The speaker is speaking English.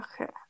Okay